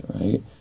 right